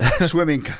swimming